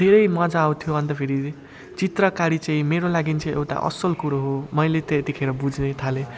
धेरै मजा आउँथ्यो अन्त फेरि चित्रकारी चाहिँ मेरो लागिन् चाहिँ एउटा असल कुरो हो मैले त्यतिखेर बुझ्नै थालेँ